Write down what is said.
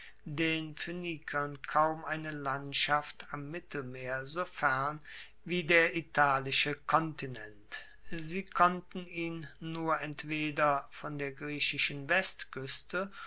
den phoenikern kaum eine landschaft am mittelmeer so fern wie der italische kontinent sie konnten ihn nur entweder von der griechischen westkueste